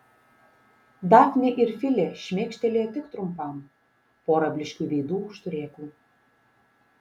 dafnė ir filė šmėkštelėjo tik trumpam pora blyškių veidų už turėklų